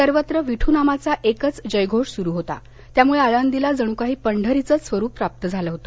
सर्वत्र विठुनामाचा एकच जयघोष सुरु होता त्यामुळं आळंदीला जणुकाही पंढरीचंच स्वरूप प्राप्त झालं होत